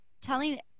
telling